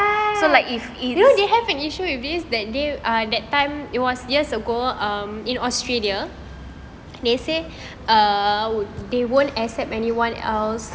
so like if if